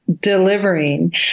delivering